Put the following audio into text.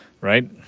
right